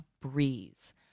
breeze